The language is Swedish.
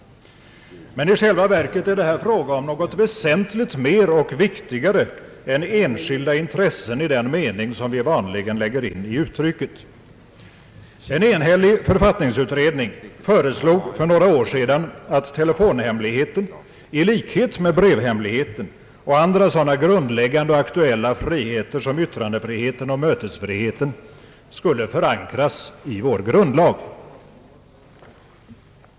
Men i själva verket är det här fråga om något väsentligt mer och viktigare än enskilda intressen i den mening som vi vanligen lägger in i uttrycket. En enhällig författningsutredning föreslog för några år sedan att telefonhemligheten i likhet med brevhemligheten och andra sådana grundläggande och aktuella friheter som yttrandefriheten och mötesfriheten skulle förankras i vår grundlag.